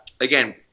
again